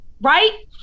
right